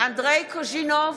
אנדרי קוז'ינוב,